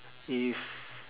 if